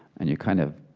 and you kind of